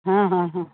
हा हा हा